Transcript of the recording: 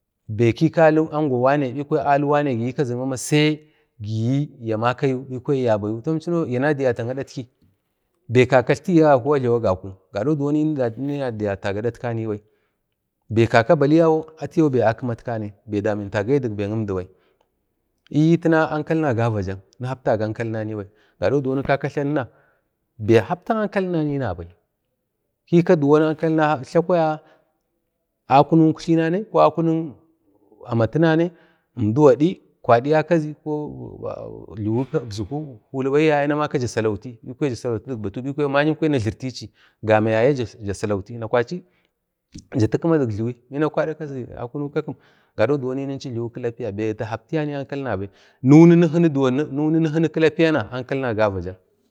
﻿ba kika alikwanai bikwa angwak wanai sai giyi ya maka yu bikwa ya bayu imchinau ya nadiyata adatki lbai kaka itligi alagi agaku niyoni nunadiyata adat kanai bai, kaka baliya wu atiyau akimat kanai ni dametaga yu duk bek əmdi bai tana ankalina gavadak ni hapta ga ankalinabai gado diwon kaka tlomina bai kapta kan halinanai nabai kika za ankalina tla kwaya akunik uktlina ko akunik amatina əmdugadi ko jliwi kibzuku kulibai sai namaki ja salauti bikwa ma'yim kwaya na jlirtachi gama yayae ja salauti kwachi jati kakim gado diwon ninchu jliwi kiplapiya bai ta haptiya ankal nabai ni'unu ni hini diwon kilapiyayana ankalina gavadak.